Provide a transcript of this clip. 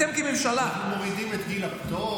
אתם, כממשלה, אנחנו מורידים את גיל הפטור.